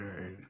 right